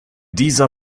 dieser